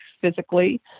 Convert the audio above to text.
physically